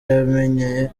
yamenye